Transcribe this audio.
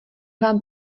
vám